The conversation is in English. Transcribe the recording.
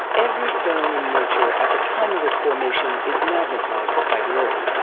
every stone in nature at the time of its formation is magnetized by the earth.